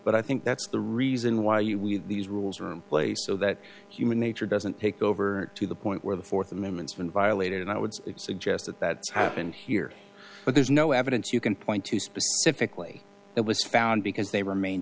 but i think that's the reason why you with these rules are in place so that human nature doesn't take over to the point where the th amendment has been violated and i would suggest that that's happened here but there's no evidence you can point to specifically that was found because they remain